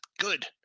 Good